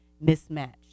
mismatched